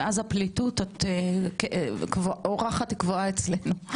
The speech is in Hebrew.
מאז הפליטות את אורחת קבועה אצלנו.